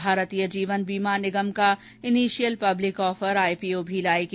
सरकार भारतीय जीवन बीमा निगम का initial public offer IPO भी लाएगी